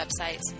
websites